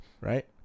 Right